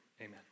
amen